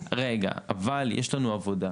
רגע, אבל יש לנו עבודה.